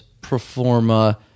performa